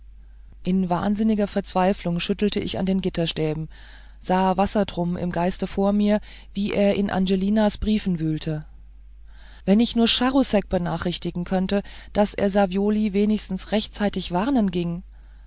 in wahnsinniger verzweiflung rüttelte ich an den gitterstäben sah wassertrum im geiste vor mir wie er in angelinas briefen wühlte wenn ich nur charousek benachrichtigen könnte daß er savioli wenigstens rechtzeitig warnen ging